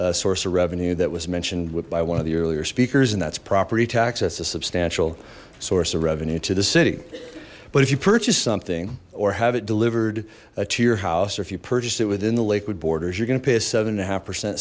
visible source of revenue that was mentioned with by one of the earlier speakers and that's property tax that's a substantial source of revenue to the city but if you purchase something or have it delivered a to your house or if you purchase it within the lakewood borders you're gonna pay a seven and a half percent